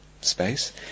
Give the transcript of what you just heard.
space